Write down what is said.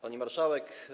Pani Marszałek!